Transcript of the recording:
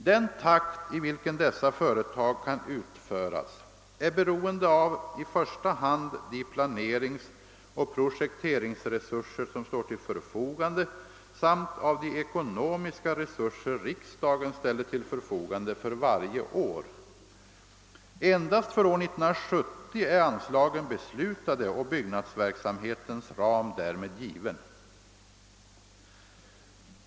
Den takt i vilken dessa företag kan utföras är beroende av i första hand de planeringsoch projekteringsresurser som står till förfogande samt av de ekonomiska resurser riksdagen ställer till förfogande för varje år. Endast för år 1970 är anslagen beslutade och <byggnadsverksamhetens ram därmed given.